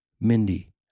Mindy